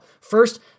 first